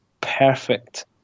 perfect